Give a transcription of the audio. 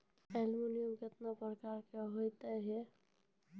ATM कितने प्रकार का होता हैं?